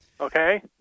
okay